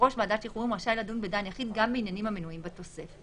יושב ראש ועדת שחרורים רשאי לדון בדן יחיד גם בעניינים המנויים בתוספת.